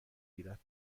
گیرد